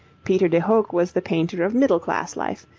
peter de hoogh was the painter of middle-class life,